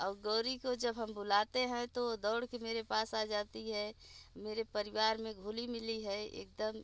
और गौरी काे जब हम बुलाते हैं तो वो दौड़ के मेरे पास आ जाती है मेरे परिवार में घुली मिली है एक दम